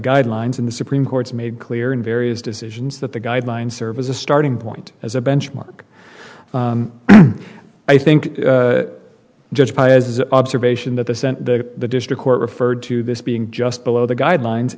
guidelines in the supreme court's made clear in various decisions that the guidelines serve as a starting point as a benchmark i think that judge paez observation that the sent the district court referred to this being just below the guidelines